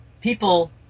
people –